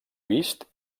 vist